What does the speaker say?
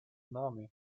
name